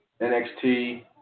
NXT